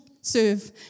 serve